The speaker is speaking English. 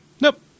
Nope